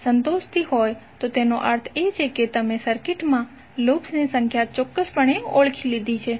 જો તે સંતોષે છે તો તેનો અર્થ એ કે તમે સર્કિટમાં લૂપ્સની સંખ્યા ચોક્કસપણે ઓળખી લીધી છે